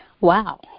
Wow